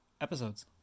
episodes